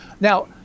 now